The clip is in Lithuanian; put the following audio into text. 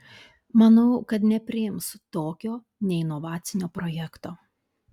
manau kad nepriims tokio neinovacinio projekto